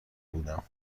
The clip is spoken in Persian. بودم